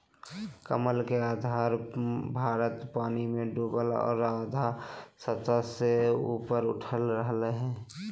कमल के आधा भाग पानी में डूबल और आधा सतह से ऊपर उठल रहइ हइ